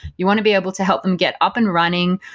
you want to be able to help them get up and running.